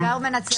כבר מנצח.